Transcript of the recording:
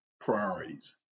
priorities